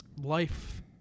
life